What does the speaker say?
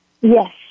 Yes